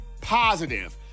positive